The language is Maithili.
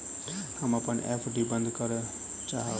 हम अपन एफ.डी बंद करय चाहब